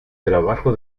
trabajo